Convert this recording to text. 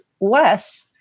less